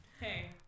Hey